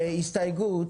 הסתייגות,